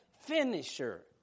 finisher